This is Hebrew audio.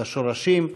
לשורשים.